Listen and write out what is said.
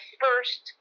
first